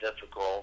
difficult